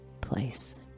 place